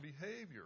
behavior